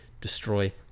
destroy